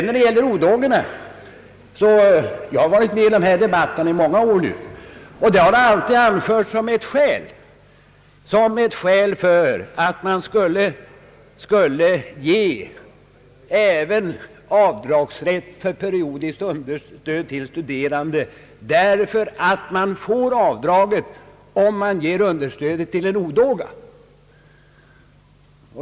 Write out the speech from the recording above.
När det gäller odågorna har jag varit med om den här debatten i många år, och man har alltid som ett skäl för avdragsrätt vid periodiskt understöd till studerande åberopat att avdrag beviljas om understödet ges till en odåga.